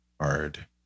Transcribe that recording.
hard